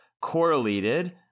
correlated